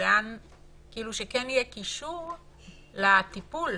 קישור לטיפול.